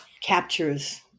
captures